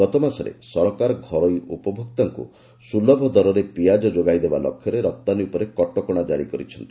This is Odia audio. ଗତମାସରେ ସରକାର ଘରୋଇ ଉପଭୋକ୍ତାଙ୍କୁ ସୁଲଭ ଦରରେ ପିଆଜ ଯୋଗାଇଦେବା ଲକ୍ଷ୍ୟରେ ରପ୍ତାନୀ ଉପରେ କଟକଣା ଜାରି କରିଛନ୍ତି